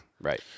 right